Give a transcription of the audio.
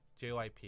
JYP